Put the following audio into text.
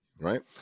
right